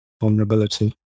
vulnerability